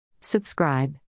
Subscribe